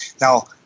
Now